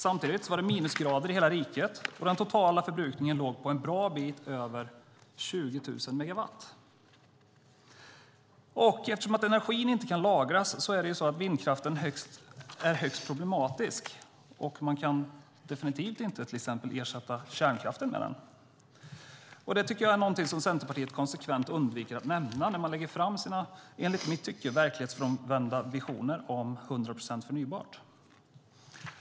Samtidigt var det minusgrader i hela riket, och den totala förbrukningen låg en bra bit över 20 000 megawatt. Eftersom energi inte lagras är vindkraften högst problematisk. Man kan definitivt inte ersätta kärnkraften med den. Jag tycker att det är någonting som Centerpartiet konsekvent undviker att nämna när man lägger fram sina, enligt mitt tycke, verklighetsfrånvända visioner om 100 procent förnybart.